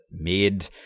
made